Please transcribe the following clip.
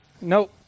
nope